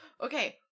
Okay